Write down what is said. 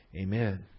Amen